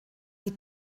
die